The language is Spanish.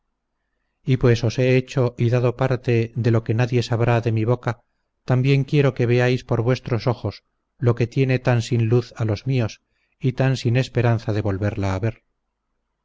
y pues os he hecho y dado parte de lo que nadie sabrá de mi boca también quiero que veáis por vuestros ojos lo que tiene tan sin luz a los míos y tan sin esperanza de volverla a ver